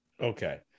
Okay